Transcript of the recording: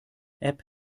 app